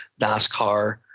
NASCAR